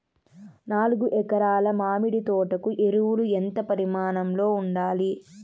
నాలుగు ఎకరా ల మామిడి తోట కు ఎరువులు ఎంత పరిమాణం లో ఉండాలి?